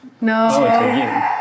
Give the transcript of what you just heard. No